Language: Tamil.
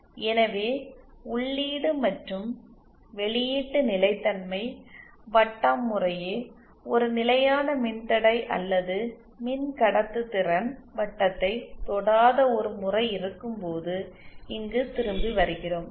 எனவே உள்ளீடு மற்றும் வெளியீட்டு நிலைத்தன்மை வட்டம் முறையே ஒரு நிலையான மின்தடை அல்லது மின்கடத்துதிறன் வட்டத்தைத் தொடாத ஒரு முறை இருக்கும்போது இங்கு திரும்பி வருகிறோம்